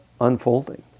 unfolding